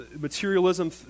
materialism